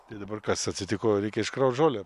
tai dabar kas atsitiko reikia iškraut žolę